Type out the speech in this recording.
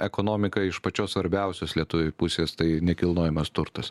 ekonomiką iš pačios svarbiausios lietuviui pusės tai nekilnojamas turtas